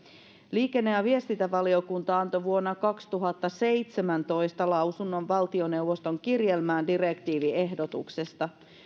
liikenne ja viestintävaliokunta antoi vuonna kaksituhattaseitsemäntoista lausunnon valtioneuvoston kirjelmään direktiiviehdotuksesta